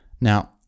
Now